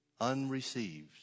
unreceived